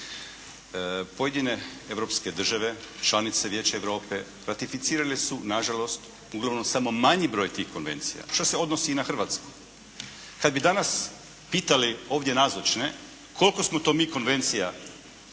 Pojedine europske države članice Vijeća Europe ratificirale su na žalost, uglavnom samo manji broj tih konvencija šta se odnosi i na Hrvatsku. Kada bi danas pitali ovdje nazočne koliko smo mi to konvencija